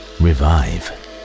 revive